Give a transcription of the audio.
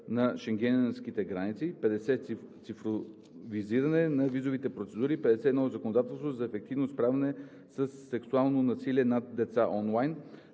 на шенгенските граници. 50. Цифровизиране на визовите процедури. 51. Законодателство за ефективно справяне със сексуалното насилие над деца онлайн.